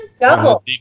double